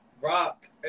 rock